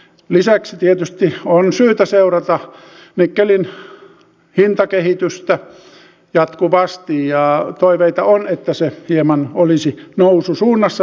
lisäksi tietysti on syytä seurata nikkelin hintakehitystä jatkuvasti ja toiveita on että se hieman olisi noususuunnassa lähiaikoina